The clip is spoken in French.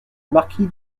maquis